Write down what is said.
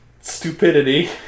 stupidity